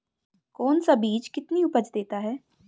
कौन सा बीज कितनी उपज देता है?